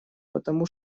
потому